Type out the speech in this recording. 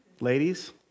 Ladies